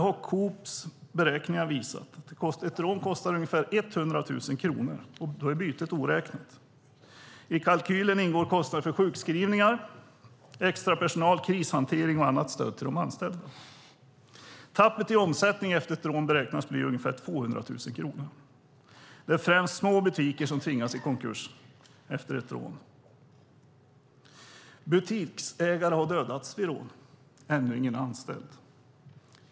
Coops beräkningar har visat att ett rån kostar ungefär 100 000 kronor, och då är bytet oräknat. I kalkylen ingår kostnader för sjukskrivningar, extrapersonal, krishantering och annat stöd till de anställda. Tappet i omsättning efter ett rån beräknas bli ungefär 200 000 kronor. Det är främst små butiker som tvingas i konkurs efter ett rån. Butiksägare har dödats vid rån men ännu ingen anställd.